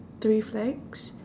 three flags